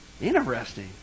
interesting